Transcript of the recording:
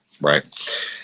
right